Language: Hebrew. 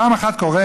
פעם אחת קורה,